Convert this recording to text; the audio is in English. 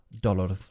dollars